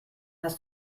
hast